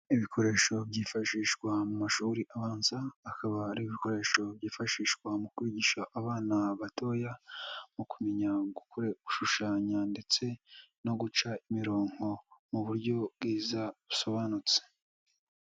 Ibikoresho byifashishwa mu mashuri abanza, akaba ari ibikoresho byifashishwa mu kwigisha abana batoya, mu kumenya gushushanya ndetse no guca imirongo mu buryo bwiza, busobanutse.